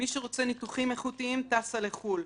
מי שרוצה ניתוחים איכותיים, טסה לחו"ל.